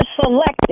selected